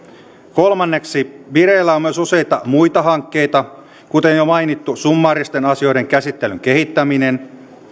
kolme vireillä on myös useita muita hankkeita kuten jo mainittu summaaristen asioiden käsittelyn kehittäminen